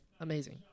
Amazing